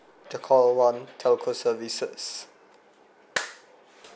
the call one telco services